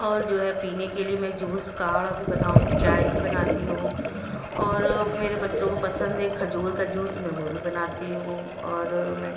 اور جو ہے پینے کے لیے میں جوس کاڑھا بھی بناؤں چائے بھی بناتی ہوں اور میرے بچوں کو پسند ہے کھجور کا جوس میں وہ بھی بناتی ہوں اور میں